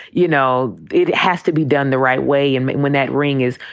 you know, it has to be done the right way. and when that ring is,